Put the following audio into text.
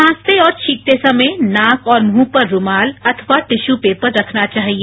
खांसते और छींकते समय नाक और मुंह पर रूमाल अथवा टिश्यू पेपर रखना चाहिए